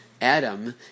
adam